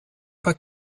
pas